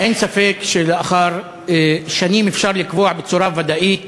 אין ספק שלאחר שנים אפשר לקבוע בצורה ודאית